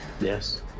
Yes